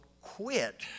quit